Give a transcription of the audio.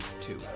two